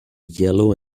yellow